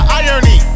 irony